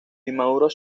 inmaduros